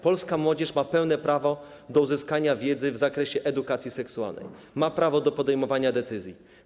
Polska młodzież ma pełne prawo do uzyskania wiedzy w zakresie edukacji seksualnej, ma prawo do podejmowania decyzji.